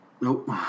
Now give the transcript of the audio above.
Nope